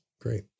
great